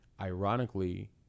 ironically